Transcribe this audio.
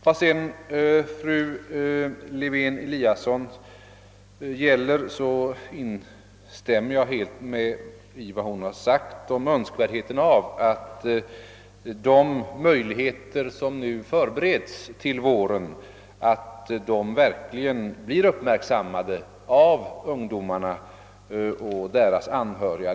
Jag instämmer helt i vad fru Lewén Eliasson har sagt om önskvärdheten av att de möjligheter som nu förbereds till våren verkligen blir uppmärksammade av ungdomarna och deras anhöriga.